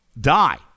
Die